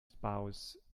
spouse